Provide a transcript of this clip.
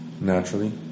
Naturally